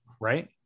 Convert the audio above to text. right